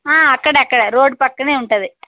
ఆ అక్కడే అక్కడే రోడ్డు పక్కనే ఉంటుంది